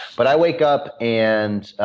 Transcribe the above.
but i wake up and